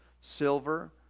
silver